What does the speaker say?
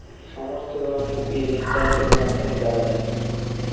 সমস্ত ধরনের বিল ইন্টারনেটের মাধ্যমে দেওয়া যায়